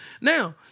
Now